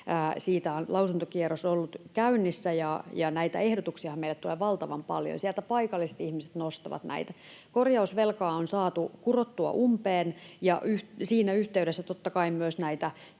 siitä on lausuntokierros ollut käynnissä, ja näitä ehdotuksiahan meille tulee valtavan paljon. Sieltä paikalliset ihmiset nostavat niitä. Korjausvelkaa on saatu kurottua umpeen, ja siinä yhteydessä totta kai myös näitä